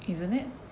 isn't it